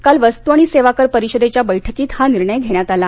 काल वस्तू आणि सेवाकर परिषदेच्या बैठकीत हा निर्णय घेण्यात आला